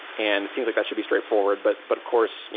and it seems like that should be straightforward. but, but of course,